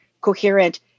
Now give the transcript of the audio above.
coherent